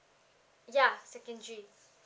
yeah secondary